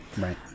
Right